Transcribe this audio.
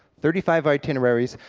thirty five itineraries,